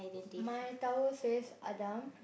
my tower says Adam